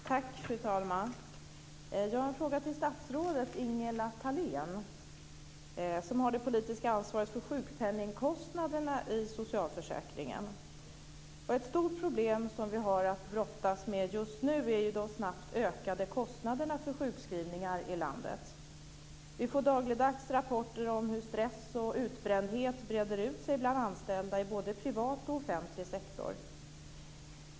Fru talman! Jag har en fråga till statsrådet Ingela Thalén, som har det politiska ansvaret för sjukpenningkostnaderna i socialförsäkringen. Ett stort problem som vi har att brottas med just nu är de snabbt ökande kostnaderna för sjukskrivningar i landet. Vi får dagligdags rapporter om hur stress och utbrändhet breder ut sig bland anställda i både privat och offentlig sektor.